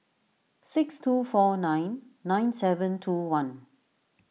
six two four nine nine seven two one